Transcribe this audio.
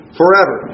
forever